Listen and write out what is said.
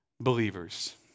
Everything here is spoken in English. believers